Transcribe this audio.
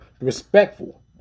respectful